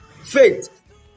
faith